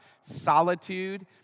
solitude